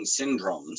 syndromes